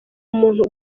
umuntu